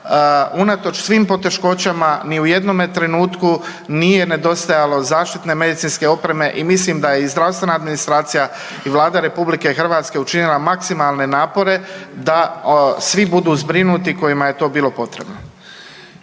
unatoč svim poteškoćama ni u jednome trenutku nije nedostajalo zaštitne medicinske opreme i mislim da je i zdravstvena administracija i Vlada RH učinila maksimalne napore da svi budu zbrinuti kojima je to bilo potrebno.